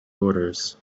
orders